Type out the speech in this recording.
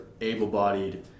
able-bodied